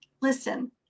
Listen